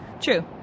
True